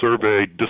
survey